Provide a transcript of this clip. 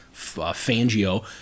Fangio